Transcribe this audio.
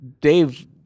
Dave